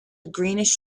greenish